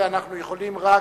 בשלב זה אנחנו יכולים רק